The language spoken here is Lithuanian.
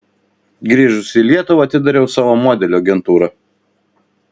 grįžusi į lietuvą atidariau savo modelių agentūrą